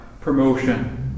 promotion